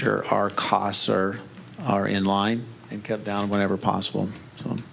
sure our costs are are in line and kept down whenever possible